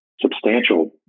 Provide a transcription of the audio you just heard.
substantial